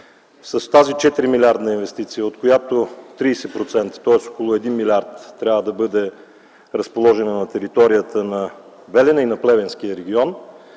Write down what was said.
с тази 4-милиардна инвестиция, от която 30%, тоест около 1 милиард, трябва да бъде разположена на територията на Белене и на Плевенския регион,